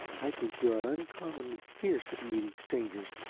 i think you are uncommonly fierce at meeting strangers.